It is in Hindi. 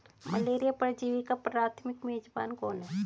मलेरिया परजीवी का प्राथमिक मेजबान कौन है?